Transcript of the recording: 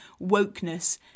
wokeness